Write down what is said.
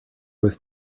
was